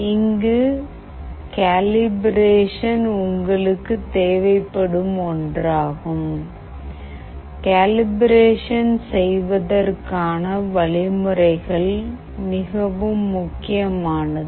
இங்கு கேலிப்ரேஷன் உங்களுக்கு தேவைப்படும் ஒன்றாகும் கேலிப்ரேஷன் செய்வதற்கான வழிமுறைகள் மிகவும் முக்கியமானது